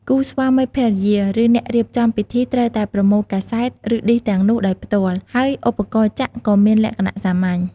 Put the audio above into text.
គូស្វាមីភរិយា ឬអ្នករៀបចំពិធីត្រូវតែប្រមូលកាសែត ឬឌីសទាំងនោះដោយផ្ទាល់ ហើយឧបករណ៍ចាក់ក៏មានលក្ខណៈសាមញ្ញ។